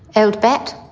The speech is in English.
old bat.